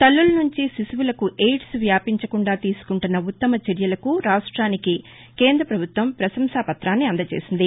తల్లుల నుంచి శిశువులకు ఎయిడ్స్ వ్యాపించకుండా తీసుకుంటున్న ఉత్తమ చర్యలకూ రాష్టానికి కేంద్ర ప్రభుత్వం పశంసా పతాన్ని అందచేసింది